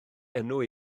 enw